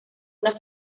una